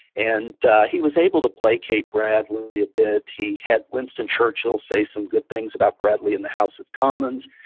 and he was able to placate bradley a bit. he had winston churchill say some good things about bradley in the house of commons.